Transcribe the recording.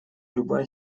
любая